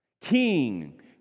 king